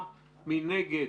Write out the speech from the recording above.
מי נגד?